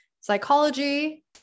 psychology